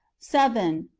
seven.